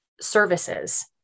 services